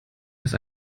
ist